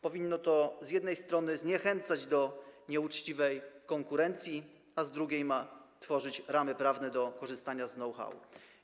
Powinno to z jednej strony zniechęcać do nieuczciwej konkurencji, a z drugiej ma tworzyć ramy prawne do korzystania z know-how.